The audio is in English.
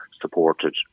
supported